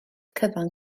cyfan